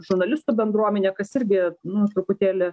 žurnalistų bendruomenė kas irgi nu truputėlį